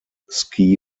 ski